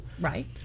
Right